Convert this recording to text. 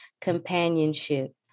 companionship